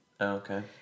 Okay